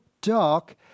dark